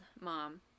mom